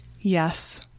Yes